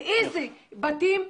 מאיזה בתים,